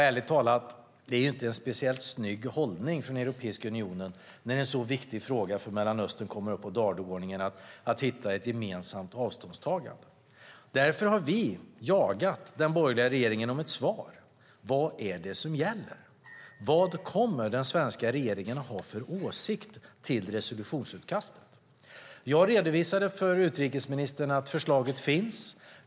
Ärligt talat är det inte en speciellt snygg hållning från Europeiska unionen, när en så viktig fråga för Mellanöstern kommer upp på dagordningen, att hitta ett gemensamt avståndstagande. Därför har vi jagat den borgerliga regeringen om ett svar på vad det är som gäller. Vad kommer den svenska regeringen att ha för åsikt om resolutionsutkastet? Jag redovisade för utrikesministern att förslaget finns.